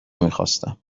میخواستم